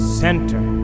center